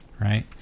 right